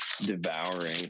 devouring